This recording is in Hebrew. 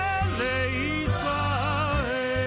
לישראל,